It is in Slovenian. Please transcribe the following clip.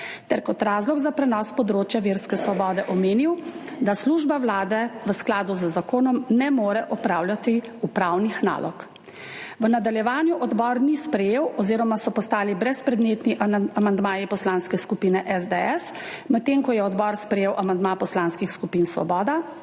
ter kot razlog za prenos področja verske svobode omenil, da služba Vlade v skladu z zakonom ne more opravljati upravnih nalog. V nadaljevanju odbor ni sprejel oziroma so postali brezpredmetni amandmaji poslanske skupine SDS, medtem ko je odbor sprejel amandma poslanskih skupin Svoboda,